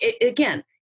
Again